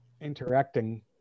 interacting